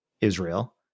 Israel